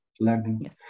learning